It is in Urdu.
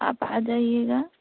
آپ آ جائیے گا